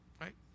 right